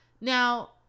Now